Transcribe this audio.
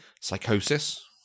psychosis